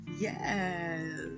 Yes